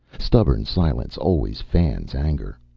stubborn silence always fans anger.